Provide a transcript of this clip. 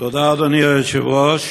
אדוני היושב-ראש,